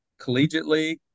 collegiately